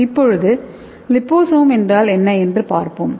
இப்போது லிபோசோம் என்றால் என்ன என்று பார்ப்போம்